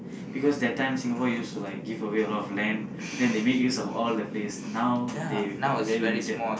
because that time Singapore used to like give away a lot of land then they make use of all the place now they very limited